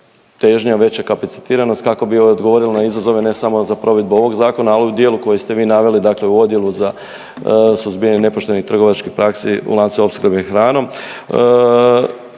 težnja veća kapacitiranost kako bi odgovorili na izazove ne samo za provedbu ovog zakona, a u dijelu koji ste vi naveli dakle u Odjelu za suzbijanje nepoštenih trgovačkih praksi u lancu opskrbe hranom